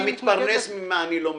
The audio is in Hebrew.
אתה מתפרנס מ"אני לא מבין".